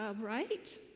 right